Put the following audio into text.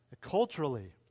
Culturally